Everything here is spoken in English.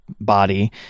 body